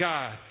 God